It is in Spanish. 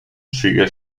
sigue